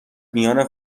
میان